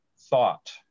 thought